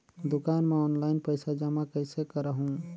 दुकान म ऑनलाइन पइसा जमा कइसे करहु?